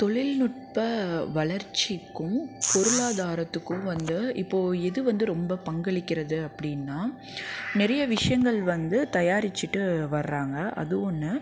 தொழில்நுட்ப வளர்ச்சிக்கும் பொருளாதாரத்திக்கும் வந்து இப்போது எது வந்து ரொம்ப பங்களிக்கிறது அப்படின்னா நிறைய விஷயங்கள் வந்து தயாரிச்சிகிட்டு வாராங்க அது ஒன்று